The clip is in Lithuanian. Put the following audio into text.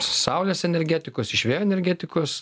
saulės energetikos iš vėjo energetikos